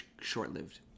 short-lived